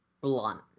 blunt